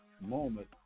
Moment